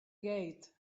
gate